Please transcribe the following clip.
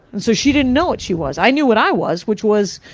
and so she didn't know what she was. i knew what i was, which was